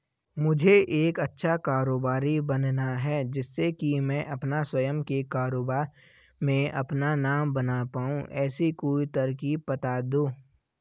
मुझे एक अच्छा कारोबारी बनना है जिससे कि मैं अपना स्वयं के कारोबार में अपना नाम बना पाऊं ऐसी कोई तरकीब पता दो?